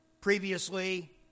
Previously